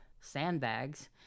sandbags